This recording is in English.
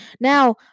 Now